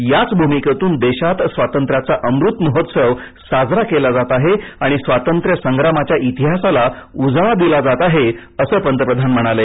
याच भूमिकेतून देशात स्वातंत्र्याचा अमृत महोत्सव साजरा केला जात आहे आणि स्वातंत्र्य संग्रामाच्या इतिहासाला उजाळा दिला जात आहे असं पंतप्रधान म्हणाले